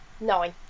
Nine